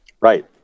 Right